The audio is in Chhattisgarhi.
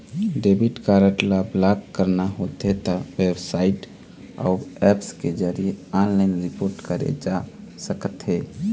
डेबिट कारड ल ब्लॉक कराना होथे त बेबसाइट अउ ऐप्स के जरिए ऑनलाइन रिपोर्ट करे जा सकथे